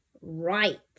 right